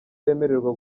bemererwa